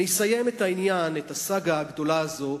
אני אסיים את העניין, את הסאגה הגדולה הזאת,